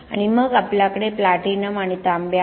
आणि मग आपल्याकडे प्लॅटिनम आणि तांबे आहे